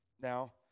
Now